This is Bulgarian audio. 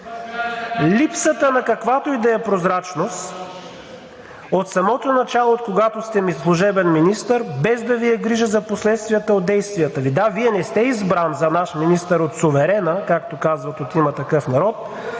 Липса на каквато и да е прозрачност от самото начало, откогато сте служебен министър, без да Ви е грижа за последствията от действията Ви! Да, Вие не сте избран за наш министър от суверена, както казват от „Има такъв народ“,